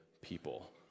people